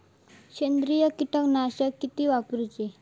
सेंद्रिय कीटकनाशका किती वापरूची?